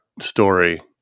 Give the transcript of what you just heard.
story